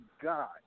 god